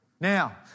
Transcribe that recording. Now